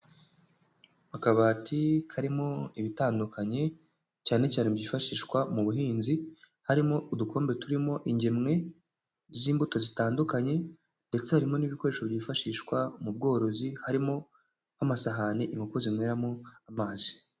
Akabati karimo ibitandukanye cyane cyane mu byifashishwa mu buhinzi, harimo udukombe turimo ingemwe z'imbuto zitandukanye ndetse harimo n'ibikoresho byifashishwa mu bworozi, harimo nk'amasahani inkoko zinyweramo amazi.